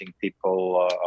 people